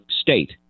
state